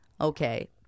Okay